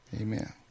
amen